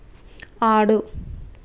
ఆడు